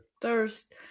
thirst